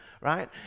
right